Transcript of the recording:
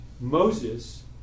Moses